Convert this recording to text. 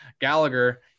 Gallagher